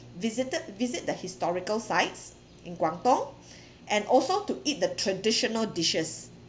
to visited visit the historical sites in guangdong and also to eat the traditional dishes